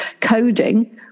coding